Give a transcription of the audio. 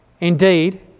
Indeed